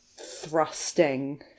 thrusting